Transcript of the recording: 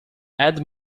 add